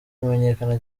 kumenyekana